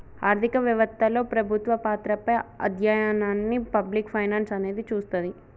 ఆర్థిక వెవత్తలో ప్రభుత్వ పాత్రపై అధ్యయనాన్ని పబ్లిక్ ఫైనాన్స్ అనేది చూస్తది